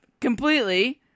completely